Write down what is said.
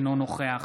אינו נוכח